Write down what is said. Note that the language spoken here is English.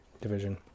division